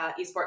Esports